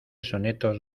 sonetos